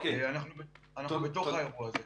אנחנו בתוך האירוע הזה.